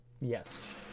Yes